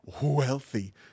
wealthy